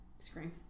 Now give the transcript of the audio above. screen